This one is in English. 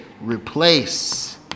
replace